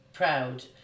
Proud